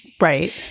right